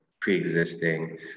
pre-existing